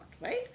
right